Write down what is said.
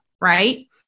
right